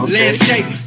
Landscape